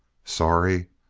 sorry?